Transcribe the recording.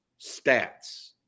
stats